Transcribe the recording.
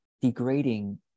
degrading